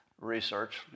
research